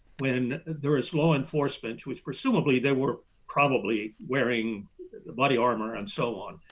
when there is law enforcement, which presumably there were probably wearing body armor and so on.